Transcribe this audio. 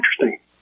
interesting